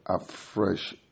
afresh